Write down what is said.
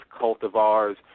cultivars